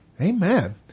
Amen